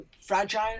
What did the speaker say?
fragile